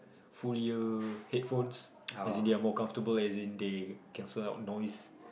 full ear headphones as in they're more comfortable as in they can survive on noise